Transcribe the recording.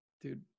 dude